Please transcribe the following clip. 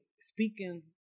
speaking